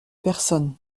personne